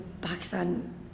Pakistan